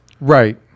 Right